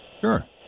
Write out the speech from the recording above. sure